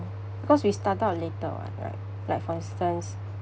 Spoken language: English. because we start out later [what] right like for instance